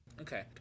okay